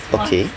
okay